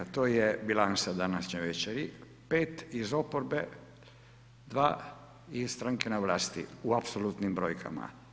To je bilanca današnje večeri, 5 iz oporbe, 2 iz stranke na vlasti u apsolutnim brojkama.